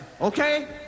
Okay